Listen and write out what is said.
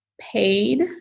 paid